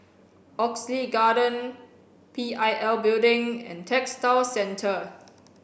Oxley Garden P I L Building and Textile Centre